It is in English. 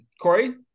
Corey